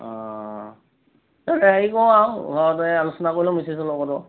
অ তেন্তে হেৰি কৰোঁ আৰু ঘৰতে আলোচনা কৰি লওঁ মিছেছৰ লগত